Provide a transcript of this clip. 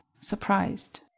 surprised